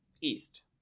East